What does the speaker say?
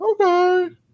okay